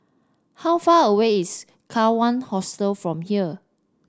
how far away is Kawan Hostel from here